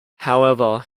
however